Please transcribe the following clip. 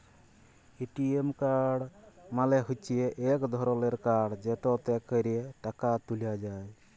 ATM card মালে হচ্যে ইক ধরলের কাড় যেটতে ক্যরে টাকা ত্যুলা যায়